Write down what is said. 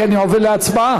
כי אני עובר להצבעה,